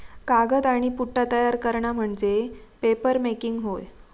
कागद आणि पुठ्ठा तयार करणा म्हणजे पेपरमेकिंग होय